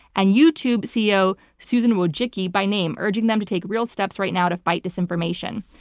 and youtube ceo, susan wojcicki by name, urging them to take real steps right now to fight disinformation.